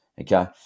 okay